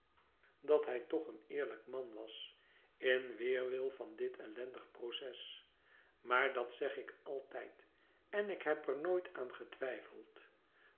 dat hij toch een eerlijk man was in weerwil van dit ellendig proces maar dat zeg ik altijd en ik heb er nooit aan getwijfeld